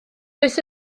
does